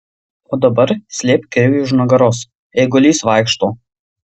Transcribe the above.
o dabar slėpk kirvį už nugaros eigulys vaikšto